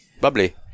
Bubbly